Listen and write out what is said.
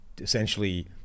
essentially